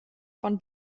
von